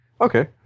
Okay